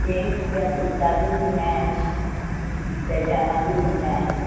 gents जा कुर्ता बि हूंदा आहिनि पैजामा बि हूंदा आहिनि